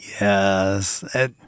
yes